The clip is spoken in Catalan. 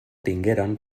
tingueren